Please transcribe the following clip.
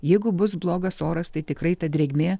jeigu bus blogas oras tai tikrai ta drėgmė